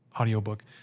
audiobook